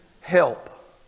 help